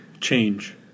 change